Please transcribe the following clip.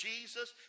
Jesus